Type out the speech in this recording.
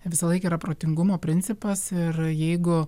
visą laiką yra protingumo principas ir jeigu